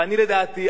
ואני לדעתי.